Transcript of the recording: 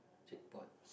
Jackpot